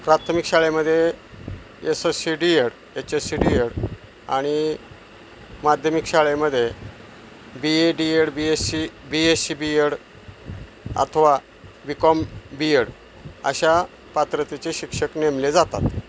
प्राथमिक शाळेमध्ये S S C D Ed H S C D Ed आणि माध्यमिक शाळेमध्ये B A D Ed B S C B S C B Ed अथवा B Com B Ed अशा पात्रतेचे शिक्षक नेमले जातात